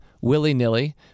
willy-nilly